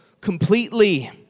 completely